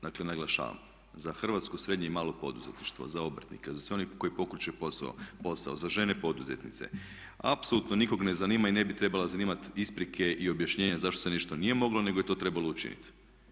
Dakle, naglašavam za hrvatsko srednje i malo poduzetništvo, za obrtnike, za sve one koji pokreće posao, za žene poduzetnice apsolutno nikog ne zanima i ne bi trebale zanimat isprike i objašnjenja zašto se nešto nije moglo, nego je to trebalo učiniti.